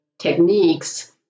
techniques